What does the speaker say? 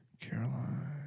Caroline